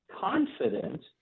confident